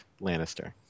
Lannister